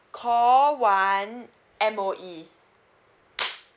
call one M_O_E